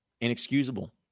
Inexcusable